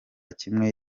kimwe